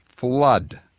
Flood